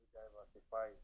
diversify